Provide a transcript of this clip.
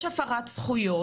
יש הפרת זכויות,